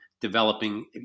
developing